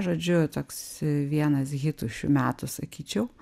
žodžiu toks vienas hitų šių metų sakyčiau